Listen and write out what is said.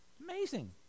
Amazing